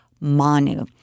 Manu